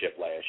last